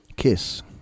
Kiss